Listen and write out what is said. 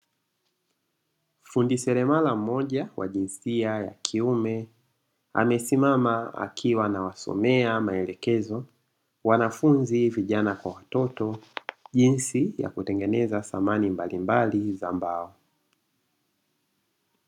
Fundi seremara mmoja wa jinsia ya kiume amesimama akiwa anawasomea maelekezo, wanafunzi vijana kwa watoto jinsi ya kutengeneza samani mbalimbali za mbao.